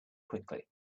quickly